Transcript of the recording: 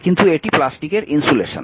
কিন্তু এটি প্লাস্টিকের ইন্সুলেশন